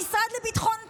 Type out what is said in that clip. המשרד לביטחון פנים,